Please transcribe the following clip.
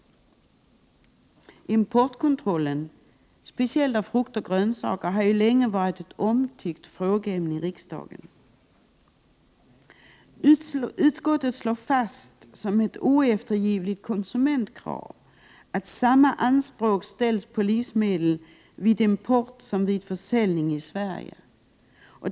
Importkontrollen — speciellt av frukt och grönsaker — har länge varit ett omtyckt frågeämne i riksdagen. Utskottet slår fast som ett oeftergivligt konsumentkrav att samma anspråk ställs på livsmedel vid import som vid försäljning i Sverige.